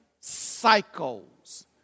cycles